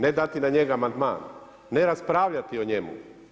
Ne dati na njega amandman, ne raspravljati o njemu.